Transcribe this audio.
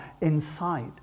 inside